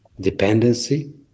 Dependency